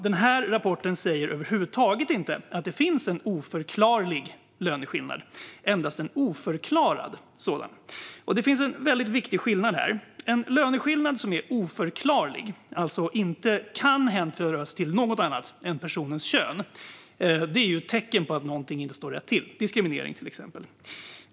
Denna rapport säger över huvud taget inte att det finns en oförklarlig löneskillnad, utan endast en oförklarad sådan. Det finns en väldigt viktig skillnad här. En löneskillnad som är oförklarlig, alltså inte kan hänföras till något annat än personens kön, är ett tecken på att något inte står rätt till, diskriminering till exempel.